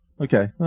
Okay